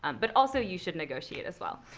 um but also, you should negotiate as well.